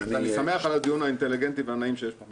ואני שמח על הדיון האינטליגנטי והנעים שיש פה.